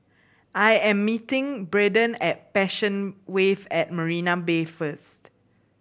I am meeting Braden at Passion Wave at Marina Bay first